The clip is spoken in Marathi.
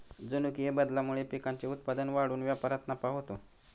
जनुकीय बदलामुळे पिकांचे उत्पादन वाढून व्यापारात नफा होतो